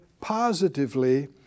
positively